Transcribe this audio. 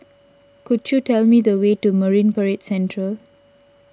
could you tell me the way to Marine Parade Central